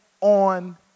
on